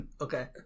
Okay